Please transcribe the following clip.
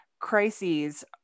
crises